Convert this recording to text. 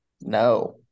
No